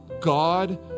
God